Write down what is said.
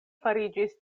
fariĝis